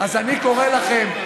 אז אני קורא לכם,